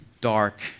dark